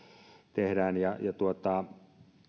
tehdään